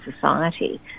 society